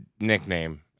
nickname